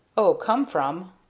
o come from?